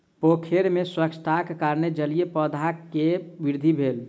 पोखैर में स्वच्छताक कारणेँ जलीय पौधा के वृद्धि भेल